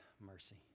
mercy